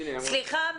סליחה,